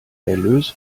erlös